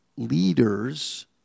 leaders